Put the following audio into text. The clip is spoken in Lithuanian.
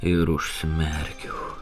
ir užsimerkiau